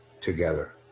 together